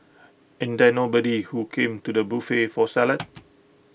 ain't there nobody who came to the buffet for salad